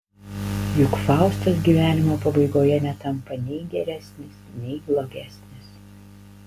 juk faustas gyvenimo pabaigoje netampa nei geresnis nei blogesnis